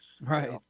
Right